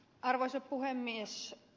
arvoisa puhemies